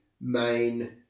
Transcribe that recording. main